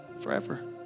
forever